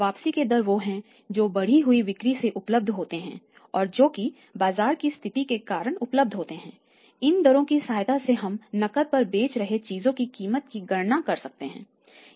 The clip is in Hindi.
वापसी के दर वह है जो बढ़ी हुई बिक्री से उपलब्ध होते हैं और जोकि बाजार की स्थिति के कारण उपलब्ध होते है इन दरो की सहायता से हम नकद पर बेच रहे चीजों की कीमत की गणना कर सकते हैं